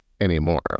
Anymore